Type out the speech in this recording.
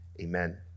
amen